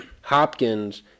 Hopkins